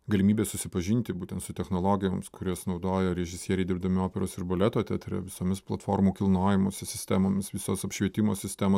galimybė susipažinti būtent su technologijomis kurias naudoja režisieriai dirbdami operos ir baleto teatre visomis platformų kilnojimosi sistemomis visos apšvietimo sistemos